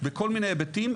בכל מיני היבטים.